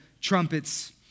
trumpets